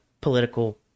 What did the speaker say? political